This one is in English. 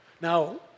Now